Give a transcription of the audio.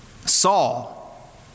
Saul